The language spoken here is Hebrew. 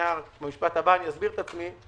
במשפט הבא אסביר את עצמי.